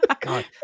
God